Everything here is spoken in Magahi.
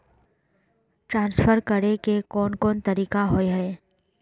ट्रांसफर करे के कोन कोन तरीका होय है?